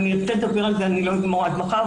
אם ארצה לדבר על זה לא אגמור עד מחר,